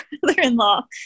brother-in-law